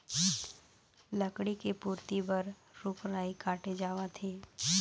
लकड़ी के पूरति बर रूख राई काटे जावत हे